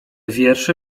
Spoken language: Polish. wiersze